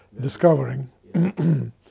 discovering